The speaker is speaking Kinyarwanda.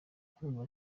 kumva